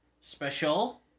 special